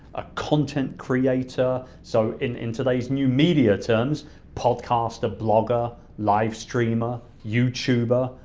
a content creator. so in in today's new media terms podcaster, blogger, live streamer, youtuber,